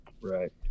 right